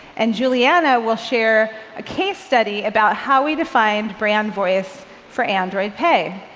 and juliana will share a case study about how we defined brand voice for android pay.